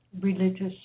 religious